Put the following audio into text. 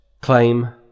claim